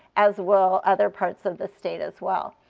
as will other parts of the state as well.